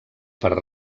per